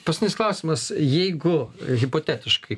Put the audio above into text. paskutinis klausimas jeigu hipotetiškai